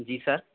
जी sir